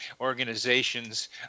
organizations